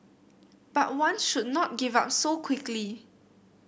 but one should not give up so quickly